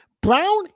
Brown